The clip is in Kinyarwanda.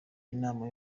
inama